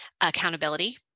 accountability